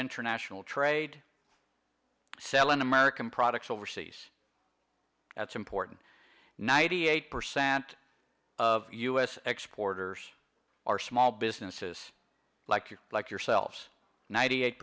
international trade selling american products overseas that's important ninety eight percent of u s exporters are small businesses like you like yourselves ninety eight